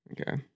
Okay